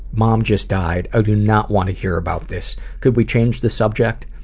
mom just died. i do not want to hear about this. could we change the subject?